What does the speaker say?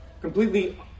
Completely